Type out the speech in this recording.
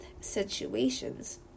situations